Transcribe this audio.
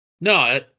No